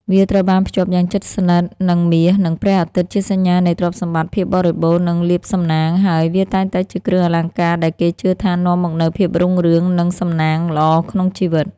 វាត្រូវបានភ្ជាប់យ៉ាងជិតស្និទ្ធនឹង មាស និងព្រះអាទិត្យ ជាសញ្ញានៃ ទ្រព្យសម្បត្តិ ភាពបរិបូរណ៍ និងលាភសំណាង ហើយ វាតែងតែជាគ្រឿងអលង្ការដែលគេជឿថានាំមកនូវភាពរុងរឿង និងសំណាងល្អក្នុងជីវិត។